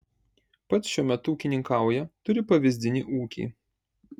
pats šiuo metu ūkininkauja turi pavyzdinį ūkį